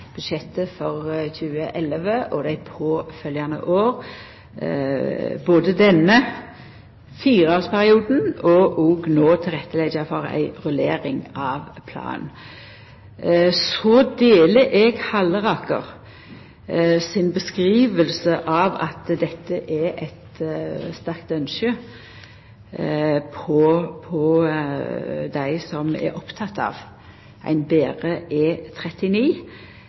budsjettet for 2011 og dei påfølgjande åra, denne fireårsperioden, og òg å leggja til rette for ei rullering av planen. Eg deler Halleraker si beskriving av at dette er eit sterkt ynskje hjå dei som er opptekne av ein